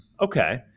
Okay